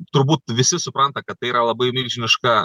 turbūt visi supranta kad tai yra labai milžiniška